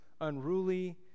unruly